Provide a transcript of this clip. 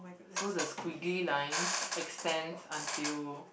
so the squiggly lines extends until